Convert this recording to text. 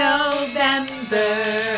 November